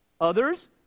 Others